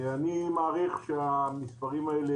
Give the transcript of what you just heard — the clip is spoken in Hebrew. אני מעריך שהמספרים האלה